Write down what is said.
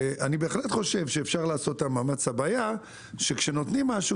אני בהחלט חושב שאפשר לעשות את המאמץ הבעיה היא שכשנותנים משהו,